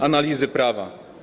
Analizy Prawa.